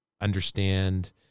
understand